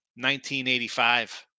1985